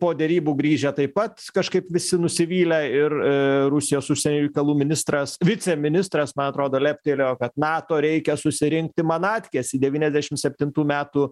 po derybų grįžę taip pat kažkaip visi nusivylę ir rusijos užsienio reikalų ministras viceministras man atrodo leptelėjo kad nato reikia susirinkti manatkės į devyniasdešim septintų metų